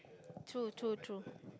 true true true